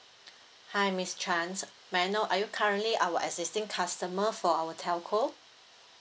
hi miss chan may I know are you currently our existing customer for our telco